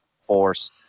force